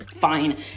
fine